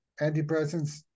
antidepressants